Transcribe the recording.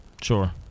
Sure